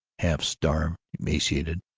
half-starved, emaciated,